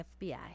FBI